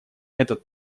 этот